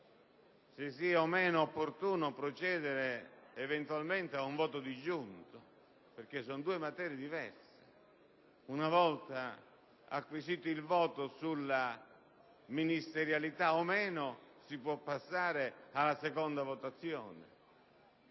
se sia o meno opportuno procedere eventualmente ad un voto disgiunto, perché si tratta di due materie diverse. Una volta acquisito il voto sulla ministerialità o meno, si può passare alla seconda votazione.